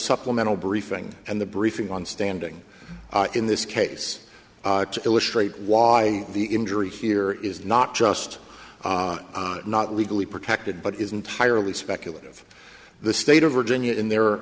supplemental briefing and the briefing on standing in this case to illustrate why the injury here is not just not legally protected but is entirely speculative the state of virginia in the